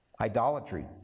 idolatry